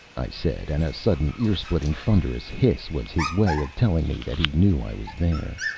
i said, and a sudden ear-splitting thunderous hiss was his way of telling me that he knew i was there.